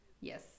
yes